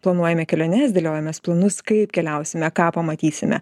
planuojame keliones dėliojamės planus kaip keliausime ką pamatysime